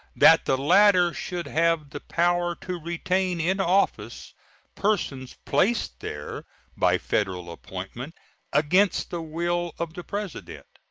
that the latter should have the power to retain in office persons placed there by federal appointment against the will of the president.